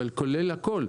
אבל כולל הכול.